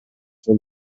from